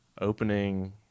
opening